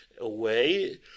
away